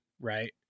right